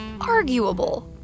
arguable